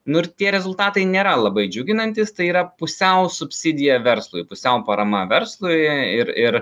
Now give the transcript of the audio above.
nu ir tie rezultatai nėra labai džiuginantys tai yra pusiau subsidija verslui pusiau parama verslui ir ir